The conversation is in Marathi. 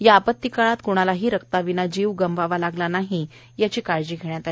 या आपत्तीकाळात क्णालाही रक्ताविना जीव गमवावा लागला नाही इतकी काळजी घेण्यात आली